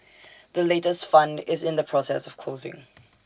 the latest fund is in the process of closing